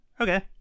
Okay